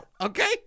Okay